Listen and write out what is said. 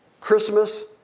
Christmas